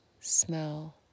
smell